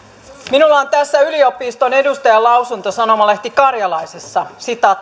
minulla on tässä yliopiston edustajan lausunto sanomalehti karjalaisesta